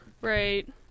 right